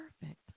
perfect